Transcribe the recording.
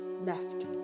left